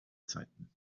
zeiten